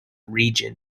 region